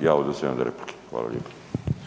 ja odustajem od replike. Hvala lijepo.